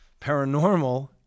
paranormal